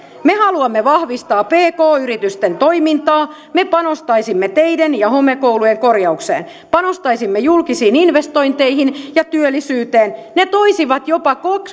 me haluamme vahvistaa pk yritysten toimintaa me panostaisimme teiden ja homekoulujen korjaukseen panostaisimme julkisiin investointeihin ja työllisyyteen ne toisivat jopa